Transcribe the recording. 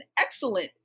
excellent